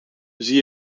zie